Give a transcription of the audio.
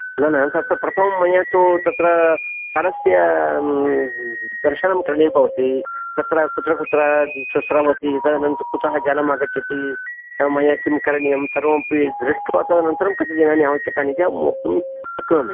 न न तत्तु प्रथमं मया तु तत्र स्थानस्य दर्शनं करणीयं भवति तत्र कुत्र कुत्र स्रवति तदनन्तरं कुतः जलमागच्छति मया किं करणीयं सर्वमपि दृष्ट्वा तदनन्तरं कति दिनानि आवश्यकानि इति अहं वक्तुं शक्नोमि